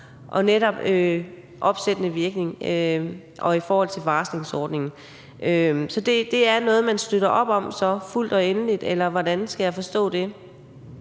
til netop opsættende virkning og varslingsordningen: Er det noget, man slutter op om fuldt og endeligt, eller hvordan skal jeg forstå det?